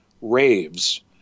raves